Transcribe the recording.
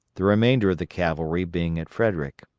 the remainder of the cavalry being at frederick.